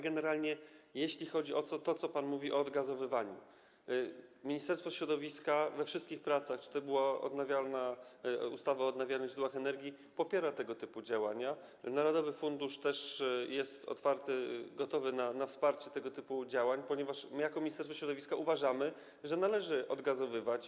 Generalnie, jeśli chodzi o to, co pan mówi o odgazowywaniu, to Ministerstwo Środowiska we wszystkich pracach, nawet gdy była to ustawa o odnawialnych źródłach energii, popiera tego typu działania, narodowy fundusz też jest na to otwarty, gotowy na wspieranie tego typu działań, ponieważ my jako Ministerstwo Środowiska uważamy, że należy odgazowywać.